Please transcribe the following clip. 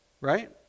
right